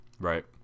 Right